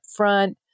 upfront